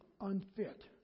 unfit